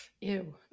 Ew